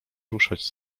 ruszać